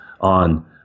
on